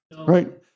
right